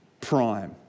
Prime